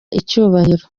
icyubahiro